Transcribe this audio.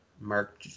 Mark